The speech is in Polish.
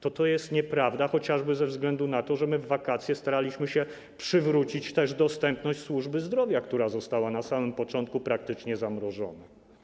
To jest nieprawda, chociażby ze względu na to, że w wakacje staraliśmy się przywrócić dostępność służby zdrowia, która została na samym początku praktycznie zamrożona.